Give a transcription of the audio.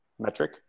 metric